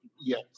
Yes